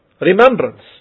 remembrance